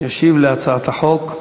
וישיב על הצעת החוק.